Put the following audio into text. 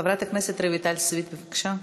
חברת הכנסת רויטל סויד, בבקשה.